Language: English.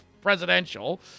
presidential